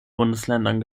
bundesländern